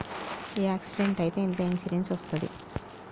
Accident అయితే ఎంత insurance వస్తది?